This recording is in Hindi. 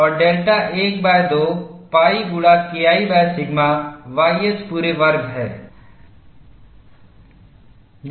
और डेल्टा 12 pi गुणा KI सिग्मा ys पूरे वर्ग है